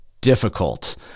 difficult